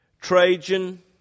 Trajan